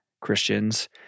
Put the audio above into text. Christians